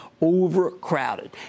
Overcrowded